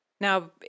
Now